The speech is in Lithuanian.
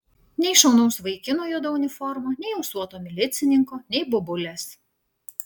nei šaunaus vaikino juoda uniforma nei ūsuoto milicininko nei bobulės